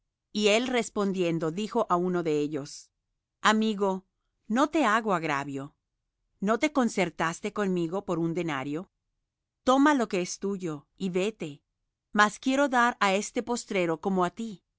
y él respondiendo dijo á uno de ellos amigo no te hago agravio no te concertaste conmigo por un denario toma lo que es tuyo y vete mas quiero dar á este postrero como á ti